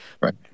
right